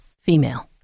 Female